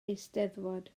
eisteddfod